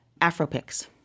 Afropix